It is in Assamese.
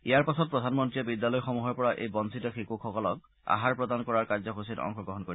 ইয়াৰ পাছত প্ৰধানমন্তীয়ে বিদ্যালয়সমূহৰ পৰা এই বঞ্চিত শিশুসকলক আহাৰ প্ৰদান কৰাৰ কাৰ্যসূচীত অংশগ্ৰহণ কৰিব